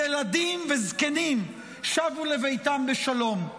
ילדים וזקנים, שבו לביתם בשלום.